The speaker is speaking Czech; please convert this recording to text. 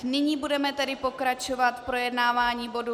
Nyní budeme tedy pokračovat v projednávání bodu 154.